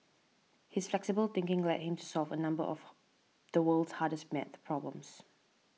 his flexible thinking led him to solve a number of the world's hardest math problems